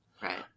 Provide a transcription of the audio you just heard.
Right